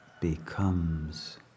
becomes